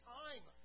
time